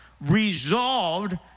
resolved